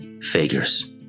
Figures